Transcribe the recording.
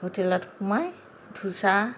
হোটেলত সোমাই ধোচা